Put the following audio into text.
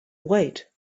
wait